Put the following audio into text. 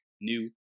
New